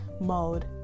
mode